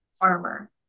farmer